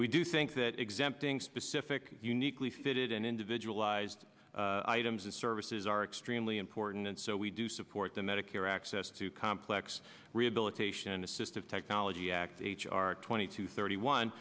we do think that exempting specific uniquely fitted and individualized items and services are extremely important and so we do support the medicare access to complex rehabilitation assistive technology act h r twenty two thirty one